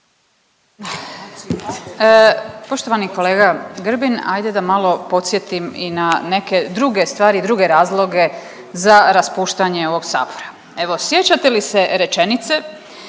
Poštovani kolega Grbin, hajde da malo podsjetim i na neke druge stvari, druge razloge za raspuštanje ovog Sabora. Evo sjećate li se rečenice